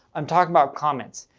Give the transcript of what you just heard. i'm talking about comments.